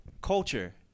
Culture